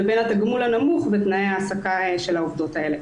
לבין התגמול הנמוך ותנאי ההעסקה של העובדות האלה.